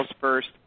first